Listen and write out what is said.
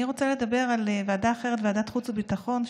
אני רוצה לדבר על ועדה אחרת, ועדת חוץ וביטחון.